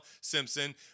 Simpson